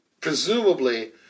presumably